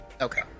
Okay